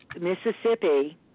Mississippi